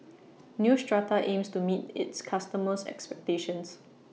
Neostrata aims to meet its customers' expectations